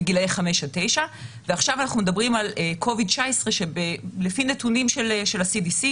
בגילאי 5-9. עכשיו אנחנו מדברים על קוביד-19 שלפי נתונים של ה-CDC,